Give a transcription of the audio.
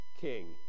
king